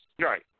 Right